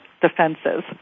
defenses